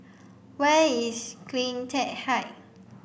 where is CleanTech Height